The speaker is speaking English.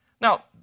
Now